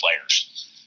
players